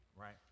right